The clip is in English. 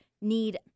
need